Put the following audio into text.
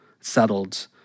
settled